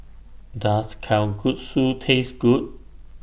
Does Kalguksu Taste Good